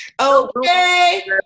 okay